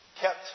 Kept